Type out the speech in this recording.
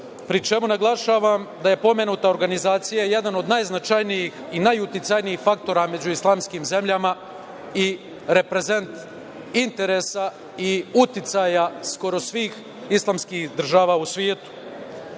pri čemu naglašavam da je pomenuta organizacija jedan od najznačajnijih i najuticajnijih faktora među islamskim zemljama i reprezent interesa i uticaja skoro svih islamskih država u svetu. Ova